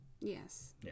Yes